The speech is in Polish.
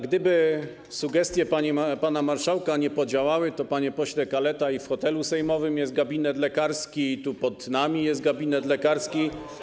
Gdyby sugestie pana marszałka nie podziałały, to, panie pośle Kaleta, i w hotelu sejmowym jest gabinet lekarski, i tu, pod nami, jest gabinet lekarski.